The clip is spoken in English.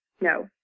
no